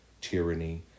tyranny